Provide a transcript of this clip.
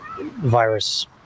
virus